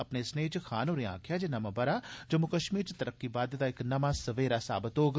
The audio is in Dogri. अपने सनेह् च खान होरें आक्खेआ जे नमां ब'रा जम्मू कश्मीर च तरक्की बाद्दे दा इक नमां सबेरा साबत होग